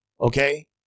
Okay